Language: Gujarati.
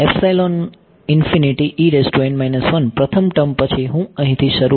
તેથી પ્રથમ ટર્મ પછી હું અહીંથી શરૂ કરીશ